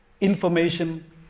information